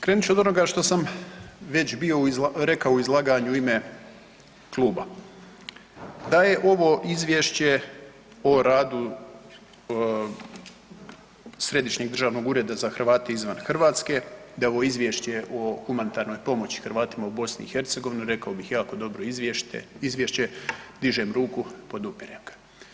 Krenut ću od onoga što sam već bio rekao u izlaganju u ime kluba, da je ovo izvješće o radu Središnjeg državnog ureda za Hrvate izvan Hrvatske, da je ovo izvješće o humanitarnoj pomoći Hrvatima u BiH rekao bih jako dobro izvješće, dižem ruku podupirem ga.